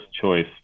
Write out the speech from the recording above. choice